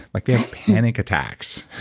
like yeah panic attacks.